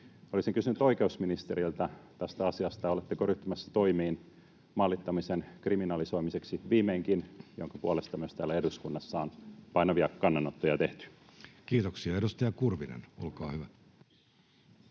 Olisin kysynyt oikeusministeriltä tästä asiasta: oletteko ryhtymässä viimeinkin toimiin maalittamisen kriminalisoimiseksi, jonka puolesta myös täällä eduskunnassa on painavia kannanottoja tehty? Kiitoksia. — Edustaja Kurvinen, olkaa hyvä.